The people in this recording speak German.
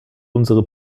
unsere